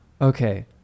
Okay